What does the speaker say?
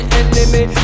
enemy